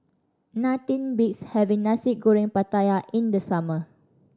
nothing beats having Nasi Goreng Pattaya in the summer